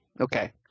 Okay